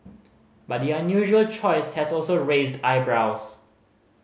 but the unusual choice has also raised eyebrows